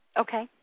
okay